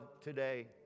today